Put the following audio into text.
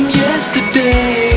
yesterday